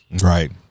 Right